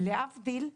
להבדיל,